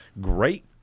great